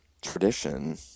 tradition